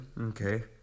Okay